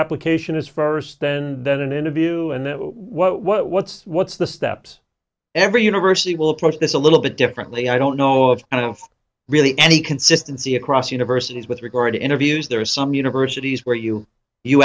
application is first and then an interview and what's what's the steps every university will approach this a little bit differently i don't know of i don't really any consistency across universities with record interviews there are some universities where you you